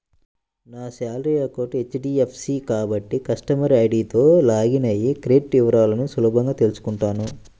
నా salary account HDFC కాబట్టి customer ఐడీతో లాగిన్ అయ్యి క్రెడిట్ వివరాలను సులభంగా తెల్సుకుంటాను